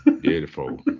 Beautiful